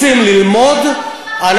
רוצים ללמוד?